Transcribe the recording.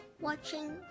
watching